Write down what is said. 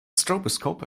stroboscope